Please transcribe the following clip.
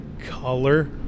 color